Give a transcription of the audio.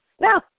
no